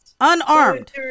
unarmed